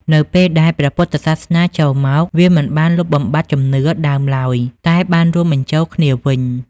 នៅពេលដែល ព្រះពុទ្ធសាសនា ចូលមក វាមិនបានលុបបំបាត់ជំនឿដើមឡើយ តែបានរួមបញ្ចូលគ្នាវិញ។